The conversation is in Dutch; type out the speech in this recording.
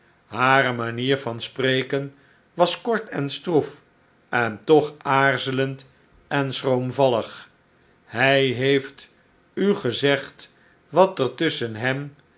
hare manier van spreken was kort en stroef en toch aarzelend en schroomvallig hij heeft u gezegd wa't er tusschen hem